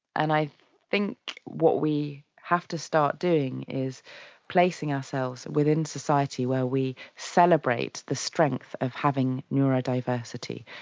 and i think what we have to start doing is placing ourselves within society where we celebrate the strength of having neurodiversity.